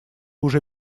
уже